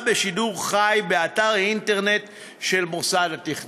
בשידור חי באתר אינטרנט של מוסד התכנון.